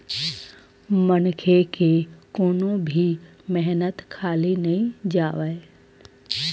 मनखे के कोनो भी मेहनत खाली नइ जावय